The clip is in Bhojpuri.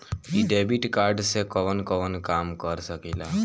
इ डेबिट कार्ड से कवन कवन काम कर सकिला?